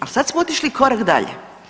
A sad smo otišli korak dalje.